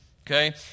okay